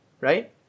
right